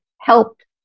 helped